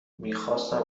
میخواستم